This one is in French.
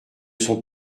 sont